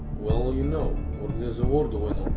well you know, where there's a war going